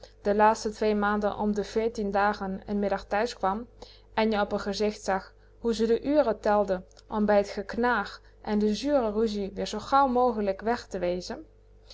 de laatste twee maanden om de veertien dagen n middagje thuis kwam en je op r gezicht zag hoe ze de uren telde om bij t geknaag en de zure ruzie weer zoo gauw mogelijk weg te wezen